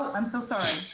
i'm so sorry.